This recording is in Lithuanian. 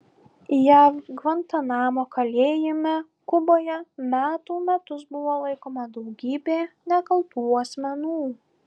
jav gvantanamo kalėjime kuboje metų metus buvo laikoma daugybė nekaltų asmenų